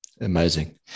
amazing